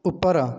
ଉପର